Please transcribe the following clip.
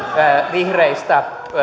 vihreistä